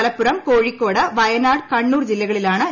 മലപ്പുറം കോഴിക്കോട് വയനാട് കണ്ണൂർ ജില്ലകളിലാണ് ജാഗ്രത